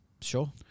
Sure